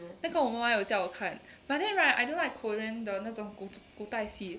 那个我妈妈有叫我看 but then right I don't like korean 的那种古古代戏